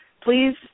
please